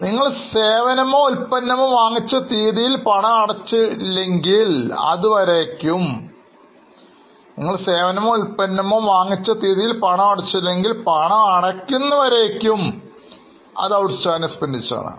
നിങ്ങൾ സേവനമോ ഉൽപ്പന്നമോ വാങ്ങിച്ച തീയതിയിൽ പണം അടച്ചില്ലെങ്കിൽ അതുവരേയ്ക്കും Outstanding expense ആണ്